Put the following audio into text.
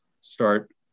start